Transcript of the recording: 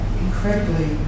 incredibly